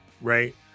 right